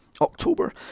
October